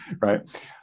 right